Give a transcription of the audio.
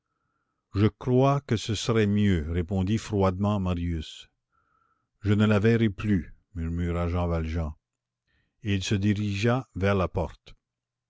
je crois que ce serait mieux répondit froidement marius je ne la verrai plus murmura jean valjean et il se dirigea vers la porte